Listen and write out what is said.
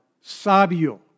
sabio